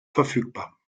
verfügbar